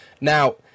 Now